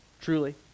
truly